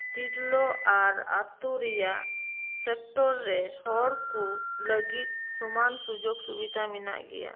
ᱛᱤᱨᱞᱟᱹ ᱟᱨ ᱟᱹᱛᱩ ᱨᱮᱭᱟᱜ ᱥᱮᱠᱴᱚᱨ ᱨᱮ ᱦᱚᱲ ᱠᱚ ᱞᱟᱹᱜᱤᱫ ᱥᱚᱢᱟᱱ ᱥᱩᱡᱳᱜ ᱥᱩᱵᱤᱫᱷᱟ ᱢᱮᱱᱟᱜ ᱜᱮᱭᱟ